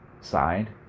side